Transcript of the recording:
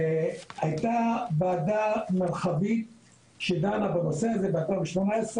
הייתה ועדה מרחבית שדנה בנושא הזה ב-2018,